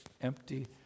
empty